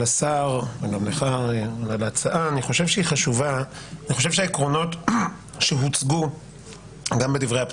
אני מקווה שנמצה בשעה וחצי הקרובות את הדיון שהוא המשך לדיון שכבר